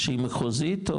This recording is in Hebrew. שהיא מחוזית?